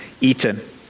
eaten